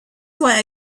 why